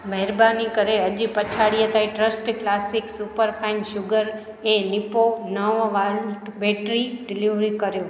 महिरबानी करे अॼु पछाड़ीअ ताईं ट्रस्ट क्लासिक सुपरफाईन शुगर ऐं निप्पो नव वाल्ट बैटरी डिलीवरी कयो